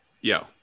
yo